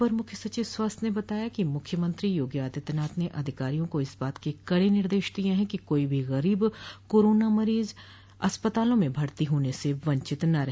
अपर मुख्य सचिव स्वास्थ्य ने बताया कि मुख्यमंत्री योगी आदित्यनाथ ने अधिकारियों को इस बात के कड़े निर्देश दिये हैं कि कोई भी गरीब कोरोना मरीज अस्पतालों में भर्ती होने से वंचित न रहे